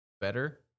Better